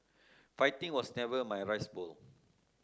fighting was never my rice bowl